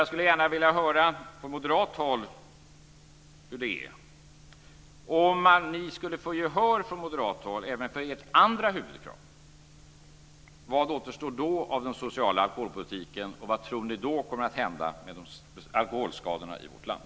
Jag skulle gärna vilja höra från moderat håll hur det är: Om ni från moderaterna skulle få gehör för ert andra huvudkrav, vad återstår då av den sociala alkoholpolitiken, och vad kommer då att hända med alkoholskadorna i vårt land?